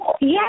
Yes